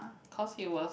cause he was